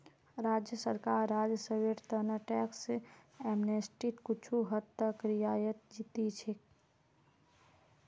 राज्य सरकार राजस्वेर त न टैक्स एमनेस्टीत कुछू हद तक रियायत दी छेक